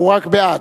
הוא רק בעד.